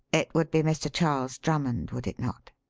it would be mr. charles drummond, would it not?